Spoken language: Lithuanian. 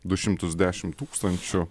du šimtus dešimt tūkstančių